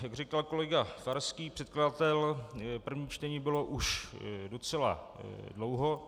Jak říkal kolega Farský, předkladatel, první čtení bylo už docela dlouho.